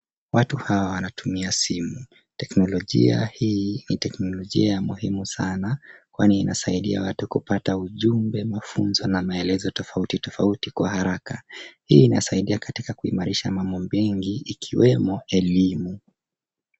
Watu hawa wanatumia simu. Teknolojia hii ni teknolojia ya muhimu sana, kwani inasaidia watu kupata ujumbe, mafunzo na maelezo tofautitofauti kwa haraka. Hii inasaidia katika kuimarisha mambo mengi ikiwemo elimu.